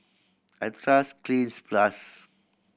I trust Cleanz Plus